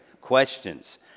questions